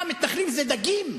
מה, מתנחלים זה דגים?